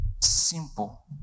simple